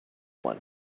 one